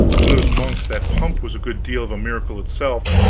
to those monks that pump was a good deal of a miracle itself,